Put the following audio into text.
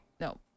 No